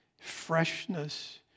freshness